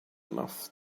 enough